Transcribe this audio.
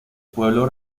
pueblo